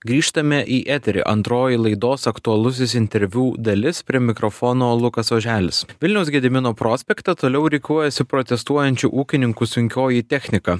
grįžtame į eterį antroji laidos aktualusis interviu dalis prie mikrofono lukas oželis vilniaus gedimino prospekte toliau rikuojasi protestuojančių ūkininkų sunkioji technika